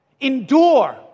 endure